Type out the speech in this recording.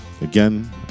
Again